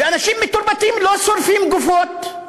ואנשים מתורבתים לא שורפים גופות.